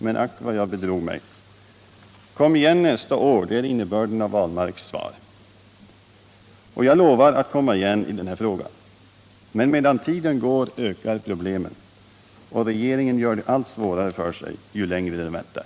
Men ack, vad jag bedrog mig. Kom igen nästa år, det är innebörden av Per Ahlmarks svar. Ja, jag lovar att komma igen i denna fråga. Men medan tiden går ökar problemen, och regeringen gör det allt svårare för sig ju längre den väntar.